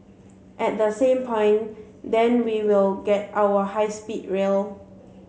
at the same point then we will get our high speed rail